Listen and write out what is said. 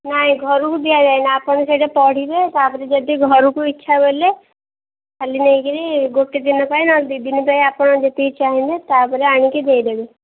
ନାଇଁ ଘରୁକୁ ଦିଆଯାଏନା ଆପଣ ସେଇଟା ପଢ଼ିବେ ତାପରେ ଯଦି ଘରୁକୁ ଇଚ୍ଛା କଲେ ଖାଲି ନେଇକିରି ଗୋଟେ ଦିନ ପାଇଁ ନହେଲେ ଦୁଇ ଦିନ ପାଇଁ ଆପଣ ଯେତିକି ଚାହିଁବେ ତାପରେ ଆଣିକି ଦେଇଦେବେ